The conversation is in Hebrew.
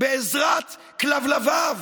בעזרת כלבלביו,